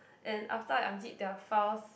and after I unzip their files